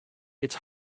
it’s